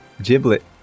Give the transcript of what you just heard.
Giblet